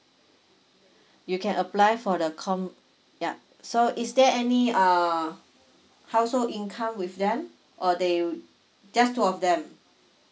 you can apply for the com yup so is there any uh household income with them or they just two of them